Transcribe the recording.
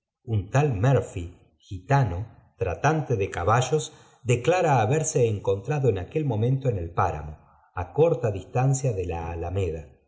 un tal murphy atano tratante de caballos declara haberse eucontrado en aquel momento en el páramo á cordistancta de la alameda